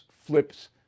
flips